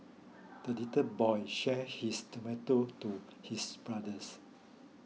the little boy shared his tomato to his brothers